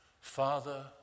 Father